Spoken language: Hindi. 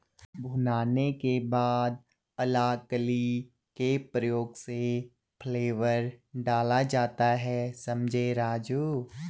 भुनाने के बाद अलाकली के प्रयोग से फ्लेवर डाला जाता हैं समझें राजु